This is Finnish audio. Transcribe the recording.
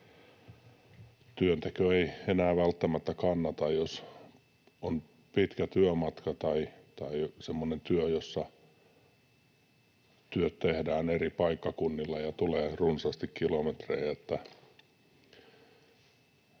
työnteko ei enää välttämättä kannata, jos on pitkä työmatka tai semmoinen työ, jossa työt tehdään eri paikkakunnilla ja tulee runsaasti kilometrejä.